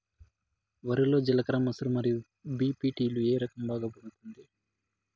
వరి లో జిలకర మసూర మరియు బీ.పీ.టీ లు ఏ రకం బాగా పండుతుంది